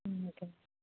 ம் okay ma'am